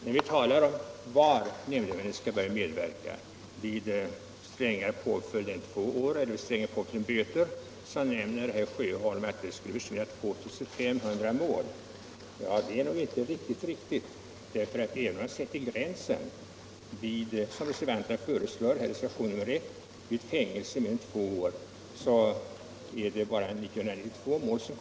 När vi talar om i vilka mål nämndemän skall börja medverka — vid strängare påföljd än fängelse i två år eller vid strängare påföljd än böter —- nämner herr Sjöholm antalet 2 500 mål. Men det är nog inte helt korrekt. Om man som reservanterna sätter gränsen vid fängelse i mer än två år, är det 992 mål kvar.